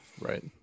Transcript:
Right